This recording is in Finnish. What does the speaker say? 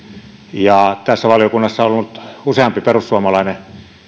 ja tässä valiokunnassa on ollut useampi perussuomalainen